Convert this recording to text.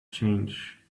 change